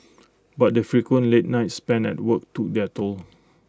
but the frequent late nights spent at work took their toll